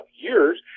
years